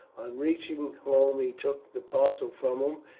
on reaching home he took the parcel from him,